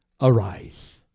arise